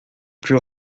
plus